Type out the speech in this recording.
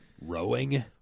rowing